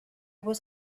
was